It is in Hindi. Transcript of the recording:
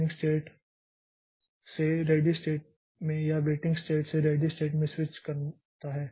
रनिंग स्टेट से रेडी़ स्टेट में या वेटिंग स्टेट से रेडी़ स्टेट में स्विच करता है